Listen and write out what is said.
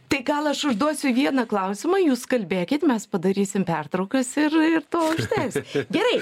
tai gal aš užduosiu vieną klausimą jūs kalbėkit mes padarysim pertraukas ir ir to užteks gerai